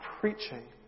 preaching